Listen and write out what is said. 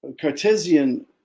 Cartesian